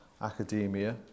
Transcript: academia